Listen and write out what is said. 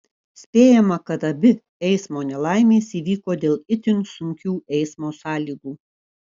spėjama kad abi eismo nelaimės įvyko dėl itin sunkių eismo sąlygų